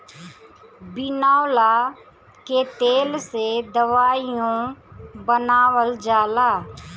बिनौला के तेल से दवाईओ बनावल जाला